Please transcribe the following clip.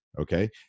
Okay